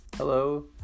Hello